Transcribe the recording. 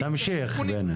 תמשיך בני.